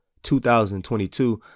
2022